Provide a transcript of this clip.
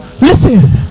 listen